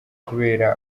kubera